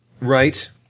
Right